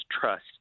trust